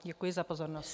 Děkuji za pozornost.